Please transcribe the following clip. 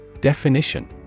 Definition